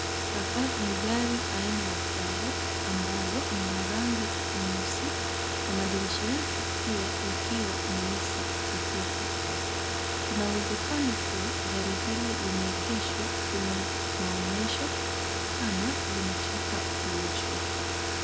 Hapa ni gari aina ya Prado ambalo ni la rangi nyeusi na madirisha yake pia yakiwa meusi ti ti tI. Kuna uwezekano kuwa gari hili limeegeshwa kwenye maonyesho ama limetoka kuoshwa.